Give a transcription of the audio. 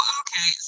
okay